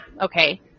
Okay